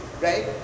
right